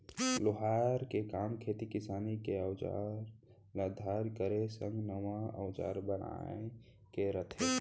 लोहार के काम खेती किसानी के अउजार ल धार करे संग नवा अउजार बनाए के रथे